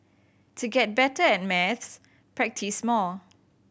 to get better at maths practise more